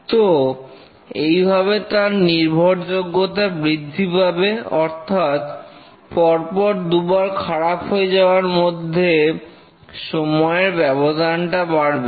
তো এইভাবে তার নির্ভরযোগ্যতা বৃদ্ধি পাবে অর্থাৎ পরপর দুবার খারাপ হয়ে যাওয়ার মধ্যে সময়ের ব্যবধানটা বাড়বে